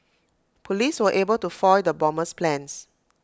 Police were able to foil the bomber's plans